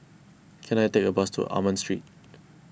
can I take a bus to Almond Street